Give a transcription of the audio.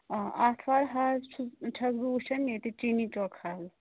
آتھوار حظ چھُس چھَس بہٕ وچھان ییٚتہِ چیٖنی چوک حظ